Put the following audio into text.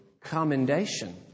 commendation